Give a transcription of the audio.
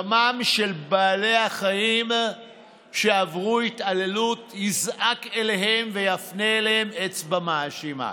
דמם של בעלי החיים שעברו התעללות יזעק אליהם ויפנה אליהם אצבע מאשימה.